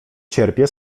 cierpię